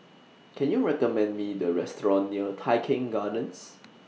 Can YOU recommend Me A Restaurant near Tai Keng Gardens